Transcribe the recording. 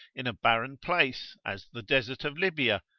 in a barren place, as the desert of libya,